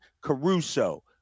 Caruso